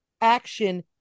action